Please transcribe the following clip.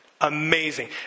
Amazing